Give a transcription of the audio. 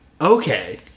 Okay